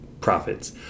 profits